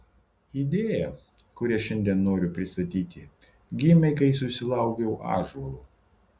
idėja kurią šiandien noriu pristatyti gimė kai susilaukiau ąžuolo